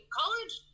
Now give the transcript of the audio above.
college